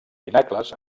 pinacles